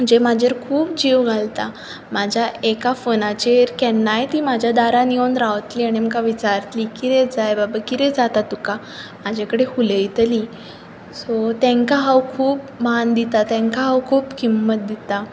जे म्हाजेर खूब जीव घालता म्हाज्या एका फोनाचेर केन्नाय तीं म्हाज्या दारान येवन रावतलीं आनी म्हाका विचारतलीं कितें जाय बाबा कितें जाता तुका म्हजे कडेन उलयतलीं सो तांकां हांव खूब मान दितां तांकां हांव खूब किंमत दितां